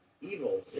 evil